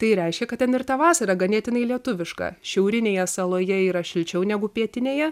tai reiškia kad ten ir ta vasara ganėtinai lietuviška šiaurinėje saloje yra šilčiau negu pietinėje